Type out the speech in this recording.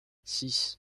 six